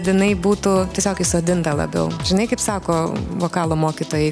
jinai būtų tiesiog įsodinta labiau žinai kaip sako vokalo mokytojai